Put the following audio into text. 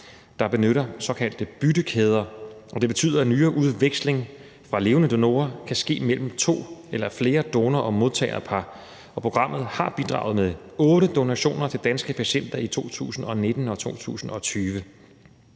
der benytter såkaldte byttekæder, og det betyder, at nyreudveksling fra levende donorer kan ske mellem to eller flere donor- og modtagerpar, og programmet har bidraget med otte donationer til danske patienter i 2019 og 2020.